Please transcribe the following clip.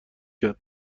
کرد